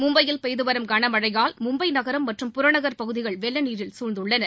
மும்பையில் பெய்து வரும் களமழையால் மும்பை நகரம் மற்றும் புறநகர் பகுதிகள் வெள்ளநீரில் குழ்ந்துள்ளன